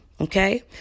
Okay